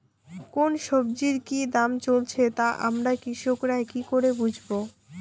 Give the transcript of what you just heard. কোন সব্জির কি দাম চলছে তা আমরা কৃষক রা কি করে বুঝবো?